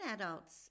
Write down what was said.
adults